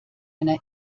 einer